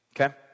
Okay